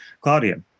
Claudia